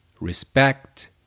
respect